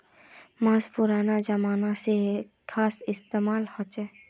माँस पुरना ज़माना से ही ख्वार तने इस्तेमाल होचे